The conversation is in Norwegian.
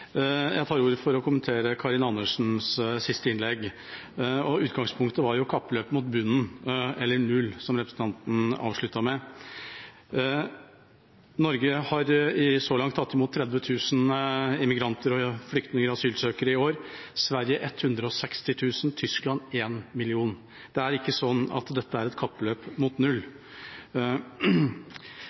Jeg tar ordet for å kommentere Karin Andersens siste innlegg. Utgangspunktet var det hun sa om kappløpet mot bunnen, mot null, som representanten avsluttet med. Norge har så langt tatt imot 30 000 emigranter, flyktninger og asylsøkere i år. Sverige har tatt imot 160 000 og Tyskland 1 million. Det er ikke sånn at dette er et kappløp mot null.